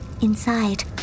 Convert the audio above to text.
Inside